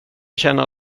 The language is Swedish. känna